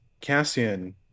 Cassian